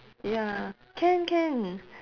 ya can can